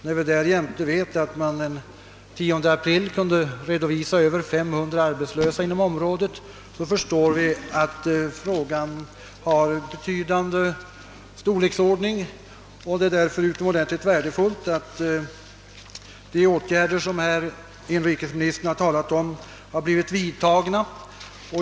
När vi därjämte vet att man den 10 april kunde redovisa över 500 arbetslösa inom området, förstår vi att problemet har en betydande storlek. Det är därför utomordentligt värdefullt att de åtgärder som inrikesministern här har talat om har blivit vidtagna.